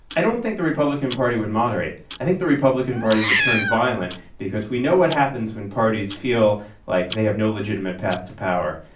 i don't think the republican party would moderate. i think the republican party would turn violent because we know what happens when parties feel like they have no legitimate path to power.